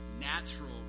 natural